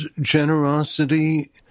generosity